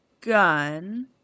gun